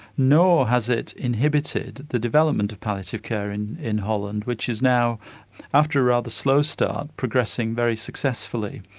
nor has it inhibited the development of palliative care and in holland, which is now after a rather slow start, progressing very successfully.